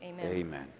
Amen